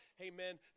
Amen